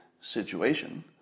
situation